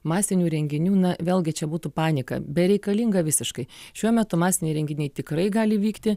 masinių renginių na vėlgi čia būtų panika bereikalinga visiškai šiuo metu masiniai renginiai tikrai gali vykti